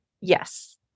yes